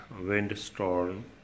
windstorm